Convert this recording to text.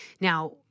now